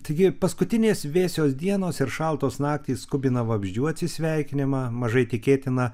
taigi paskutinės vėsios dienos ir šaltos naktys skubina vabzdžių atsisveikinimą mažai tikėtina